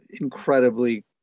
Incredibly